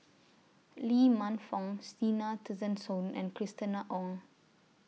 Lee Man Fong Zena Tessensohn and Christina Ong